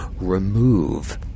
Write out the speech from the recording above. remove